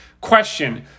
question